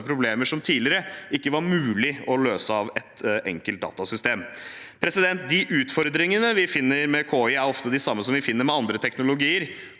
som tidligere ikke var mulig å løse av ett enkelt datasystem. De utfordringene vi finner med KI, er ofte de samme som vi finner med andre teknologier: